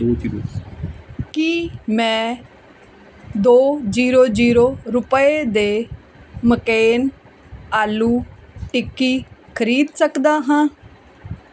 ਕੀ ਮੈਂ ਦੋ zero zero ਰੁਪਏ ਦੇ ਮੈਕਕੇਨ ਆਲੂ ਟਿੱਕੀ ਖਰੀਦ ਸਕਦਾ ਹਾਂ